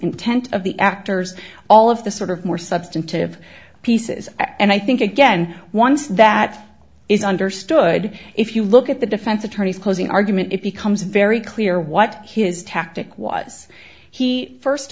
intent of the actors all of the sort of more substantive pieces and i think again once that is understood if you look at the defense attorney's closing argument it becomes very clear what his tactic was he first